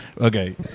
Okay